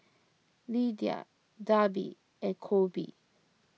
Lidia Darby and Coby